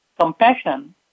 Compassion